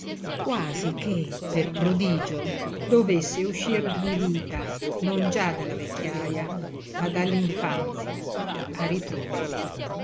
quasi che per prodigio dovesse uscir di vita non già dalla vecchiaja ma dall'infanzia a ritroso